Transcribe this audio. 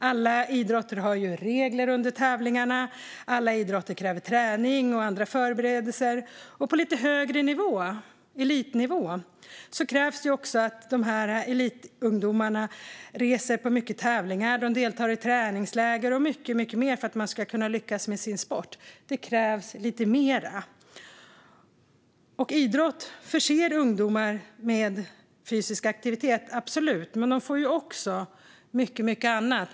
Alla idrotter har regler under tävlingarna, alla idrotter kräver träning och andra förberedelser, och på lite högre nivå, elitnivå, krävs det också att elitungdomarna reser till tävlingar, deltar i träningsläger och mycket mer för att kunna lyckas med sin sport. Det krävs lite mer. Idrott förser ungdomar med fysisk aktivitet, absolut, men de får också mycket annat.